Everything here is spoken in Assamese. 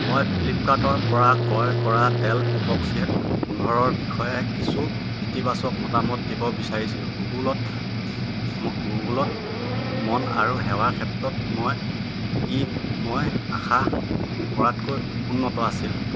মই ফ্লিপকাৰ্টৰপৰা ক্ৰয় কৰা ডেল এক্স পি এছ পোন্ধৰ বিষয়ে কিছু ইতিবাচক মতামত দিব বিচাৰিছিলোঁ গুগলত গুগলত মন আৰু সেৱাৰ ক্ষেত্ৰত মই ই মই আশা কৰাতকৈ উন্নত আছিল